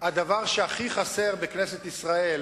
הדבר שהכי חסר בכנסת ישראל